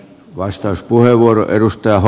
arvoisa puhemies